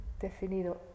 definido